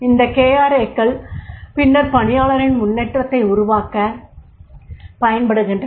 இந்த KRA க்கள் பின்னர் பணியாளரின் முன்னேற்றத்தை உருவாக்கப் பயன்படுகின்றன